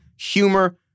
humor